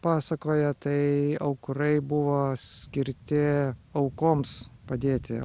pasakoja tai aukurai buvo skirti aukoms padėti